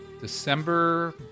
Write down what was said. December